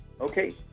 Okay